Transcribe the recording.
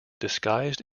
disguised